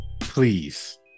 Please